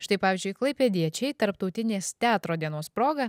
štai pavyzdžiui klaipėdiečiai tarptautinės teatro dienos proga